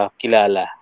kilala